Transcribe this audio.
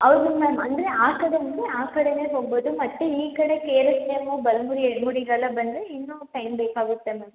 ಹೌದು ಮ್ಯಾಮ್ ಅಂದರೆ ಆ ಕಡೆ ಅಂದರೆ ಆ ಕಡೆನೇ ಹೋಗ್ಬೋದು ಮತ್ತು ಈ ಕಡೆ ಕೆ ಆರ್ ಎಸ್ ಡ್ಯಾಮು ಬಲಮುರಿ ಎಡಮುರಿಗೆಲ್ಲ ಬಂದರೆ ಇನ್ನೂ ಟೈಮ್ ಬೇಕಾಗುತ್ತೆ ಮ್ಯಾಮ್